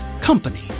Company